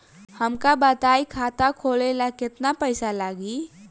हमका बताई खाता खोले ला केतना पईसा लागी?